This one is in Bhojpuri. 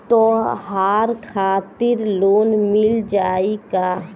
त्योहार खातिर लोन मिल जाई का?